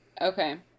Okay